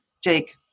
Jake